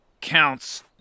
counts